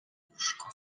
łóżko